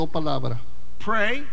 pray